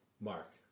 Mark